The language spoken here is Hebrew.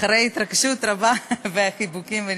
אחרי התרגשות רבה וחיבוקים ונשיקות,